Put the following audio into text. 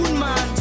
man